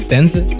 Dance